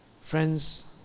Friends